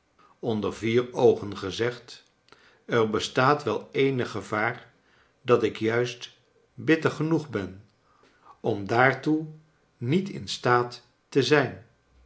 onder vier oogen gezegd er bestaat wel eenig gevaar dat ik juist bitter genoeg ben om daartoc niet in staat te zijn